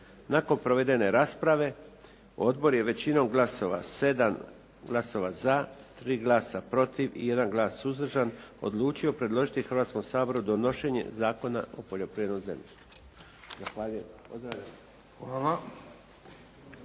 Nakon provedene rasprave odbor je većinom glasova 7 glasova za, 3 glasa protiv i 1 glas suzdržan, odlučio predložiti Hrvatskom saboru donošenje Zakona o poljoprivrednom zemljištu.